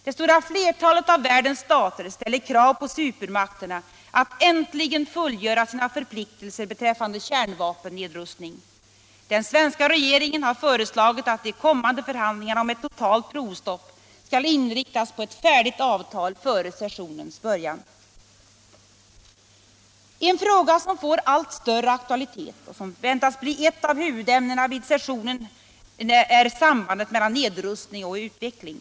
Det stora flertalet av världens stater ställer krav på supermakterna att äntligen fullgöra sina förpliktelser beträffande kärnvapennedrustning. Den svenska regeringen har föreslagit att de kommande förhandlingarna om ett totalt provstopp skall inriktas på ett färdigt avtal före sessionens början. En fråga som får allt större aktualitet och som väntas bli ett av huvudämnena vid sessionen är sambandet mellan nedrustning och utveckling.